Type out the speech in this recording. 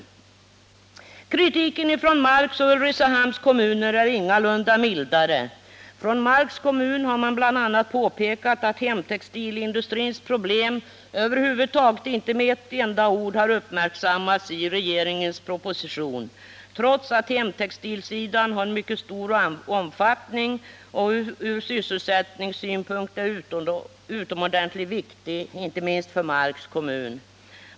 Kritiken från Marks och Ulricehamns kommuner är ingalunda mildare. Från Marks kommun har man bl.a. påpekat att hemtextilindustrins problem inte med ett enda ord har uppmärksammats i regeringens proposition, trots att hemtextilsidan har en mycket stor omfattning och ur sysselsättningssynpunkt är utomordentligt viktig, inte minst för Marks kommun.